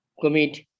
commit